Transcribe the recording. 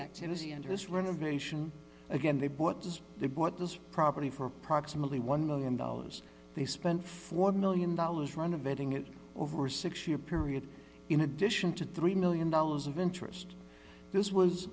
this renovation again they bought just they bought this property for approximately one million dollars they spent four million dollars renovating it over a six year period in addition to three million dollars of interest this was